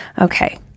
Okay